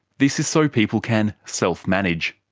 this is so people can self-manage.